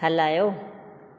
हलायो